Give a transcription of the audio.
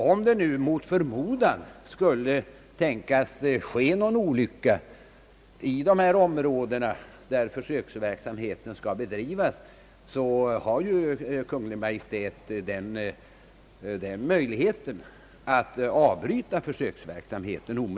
Om det vidare, mot förmodan, skulle inträffa någon olycka i de områden, där försöksverksamheten skall bedrivas, har Kungl. Maj:t möjlighet att omedelbart avbryta försöksverksamheten.